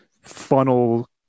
funnel